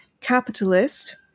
capitalist